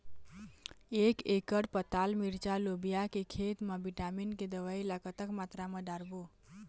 एक एकड़ पताल मिरचा लोबिया के खेत मा विटामिन के दवई ला कतक मात्रा म डारबो?